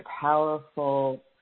powerful